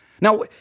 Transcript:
Now